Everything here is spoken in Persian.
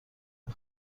ارز